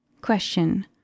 Question